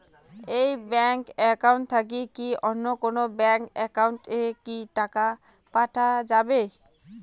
এই bank account থাকি কি অন্য কোনো ব্যাংক একাউন্ট এ কি টাকা পাঠা যাবে?